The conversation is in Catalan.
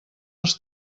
els